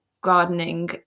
gardening